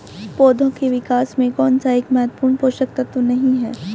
पौधों के विकास में कौन सा एक महत्वपूर्ण पोषक तत्व नहीं है?